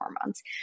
hormones